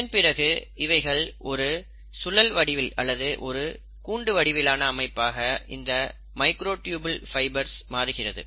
இதன்பிறகு இவைகள் ஒரு சுழல் வடிவில் அல்லது ஒரு கூண்டு வடிவிலான அமைப்பாக இந்த மைக்ரோட்யூபில் ஃபைபர்ஸ் மாறுகிறது